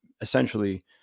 essentially